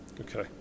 Okay